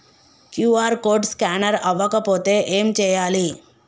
QR code scanner అవ్వకపోతే ఏం చేయాలి?